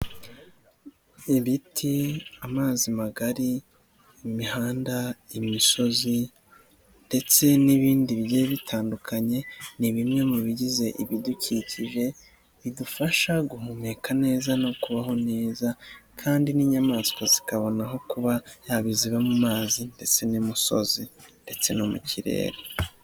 Ibiti, amazi magari, imihanda, imisozi ndetse n'ibindi bigiye bitandukanye, ni bimwe mu bigize ibidukikije, bidufasha guhumeka neza no kubaho neza kandi n'inyamaswa zikabona aho kuba, yaba iziba mu mazi ndetse n'imisozi ndetse no mu kirere.